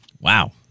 Wow